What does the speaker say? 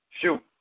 Shoot